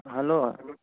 hello